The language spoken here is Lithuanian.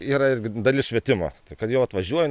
yra irgi dalis švietimo tai kad jau atvažiuoji